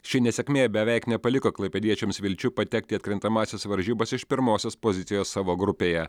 ši nesėkmė beveik nepaliko klaipėdiečiams vilčių patekti į atkrintamąsias varžybas iš pirmosios pozicijos savo grupėje